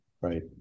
right